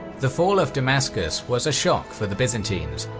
the fall of damascus was a shock for the byzantines,